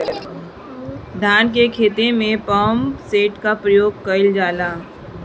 धान के ख़हेते में पम्पसेट का उपयोग कइल जाला?